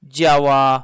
działa